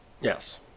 yes